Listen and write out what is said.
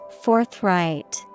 Forthright